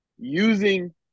using